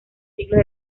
siglos